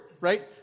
right